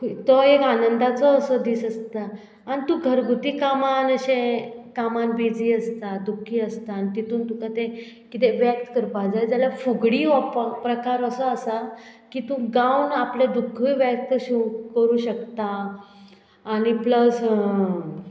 हूय तो एक आनंदाचो असो दीस आसता आनी तूं घरगुती कामान अशें कामान बिजी आसता दुख्खी आसता आनी तितून तुका तें कितें व्यक्त करपाक जाय जाल्यार फुगडी हो प प्रकार असो आसा की तूं गावन आपलें दुख्खय व्यक्त शिव करूं शकता आनी प्लस